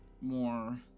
more